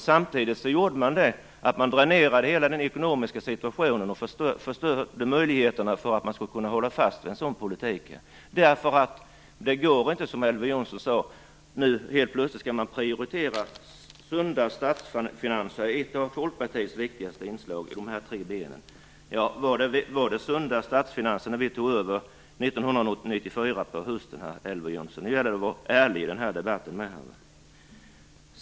Samtidigt dränerade man hela den ekonomiska situationen och förstörde möjligheterna att hålla fast vid en sådan politik. Det går inte, som Elver Jonsson sade. Nu skall man helt plötsligt prioritera sunda statsfinanser, ett av Folkpartiets viktigaste inslag i de här tre benen. Var det sunda statsfinanser när vi tog över 1994 på hösten, Elver Jonsson? Det gäller att vara ärlig i den här debatten.